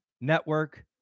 network